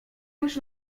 już